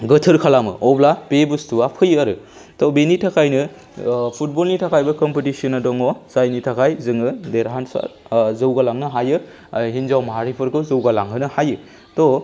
गोथोर खालामो अब्ला बे बुस्तुआ फैयो आरो त' बेनि थाखायनो फुटबलनि थाखायबो कम्पिटिसना दङ जायनि थाखाय जोङो देरहासार जौगालांनो हायो आरो हिनजाव माहारिफोरखौ जौगालांहोनो हायो त'